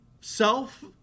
self